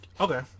Okay